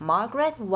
Margaret